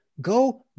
go